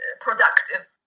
productive